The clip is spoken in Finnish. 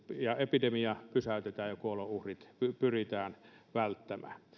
ja epidemia pysäytetään ja kuolonuhrit pyritään välttämään